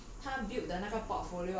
ya then 这样子 orh 他